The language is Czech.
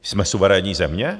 Jsme suverénní země?